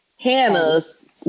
Hannah's